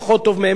לדעתי,